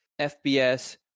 FBS